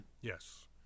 Yes